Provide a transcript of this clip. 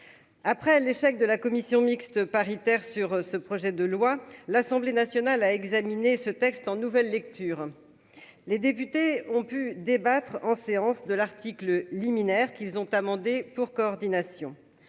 après l'échec de la commission mixte paritaire, sur ce projet de loi, l'Assemblée nationale a examiné ce texte en nouvelle lecture, les députés ont pu débattre en séance, de l'article liminaire, qu'ils ont amendé pour coordination